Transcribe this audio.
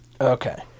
okay